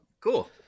Cool